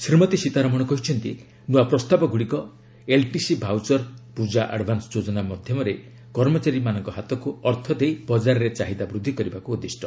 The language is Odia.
ଶ୍ରୀମତୀ ସୀତାରମଣ କହିଛନ୍ତି ନୂଆ ପ୍ରସ୍ତାବ ଗୁଡ଼ିକ ଏଲ୍ଟିସି ଭାଉଚର ଓ ପୂଜା ଆଡ୍ଭାନ୍ନ ଯୋଜନା ମାଧ୍ୟମରେ କର୍ମଚାରୀମାନଙ୍କ ହାତକୁ ଅର୍ଥ ଦେଇ ବଜାରରେ ଚାହିଦା ବୃଦ୍ଧି କରିବାକୁ ଉଦ୍ଦିଷ୍ଟ